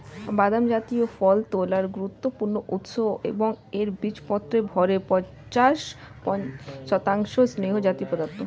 বাদাম জাতীয় ফল তেলের গুরুত্বপূর্ণ উৎস এবং এর বীজপত্রের ভরের পঞ্চাশ শতাংশ স্নেহজাতীয় পদার্থ